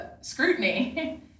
scrutiny